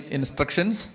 Instructions